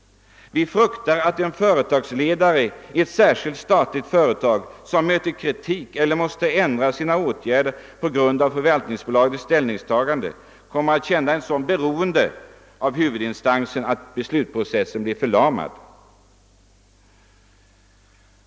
Vi fruktar att en företagsledare i ett särskilt statligt företag, vilken möter kritik eller måste ändra sina åtgärder på grund av förvaltningsbolagets ställningstagande, kommer att känna sådant beroende av huvudinstansen att beslutsprocessen blir förlamad.